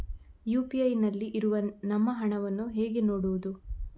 UPI ನಲ್ಲಿ ಇರುವ ನಮ್ಮ ಹಣವನ್ನು ಹೇಗೆ ನೋಡುವುದು?